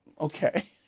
Okay